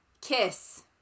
Kiss